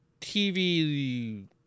TV